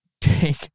take